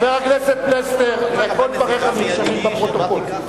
חבר הכנסת פלסנר, כל דבריך נרשמים בפרוטוקול.